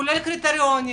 כולל קריטריונים